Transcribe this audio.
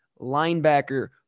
linebacker